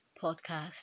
podcast